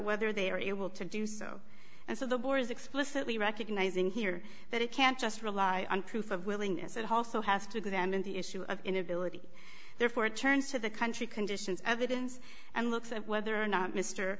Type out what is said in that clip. whether they are able to do so and so the board is explicitly recognizing here that it can't just rely on proof of willingness it also has to examine the issue of inability therefore it turns to the country conditions evidence and looks at whether or not m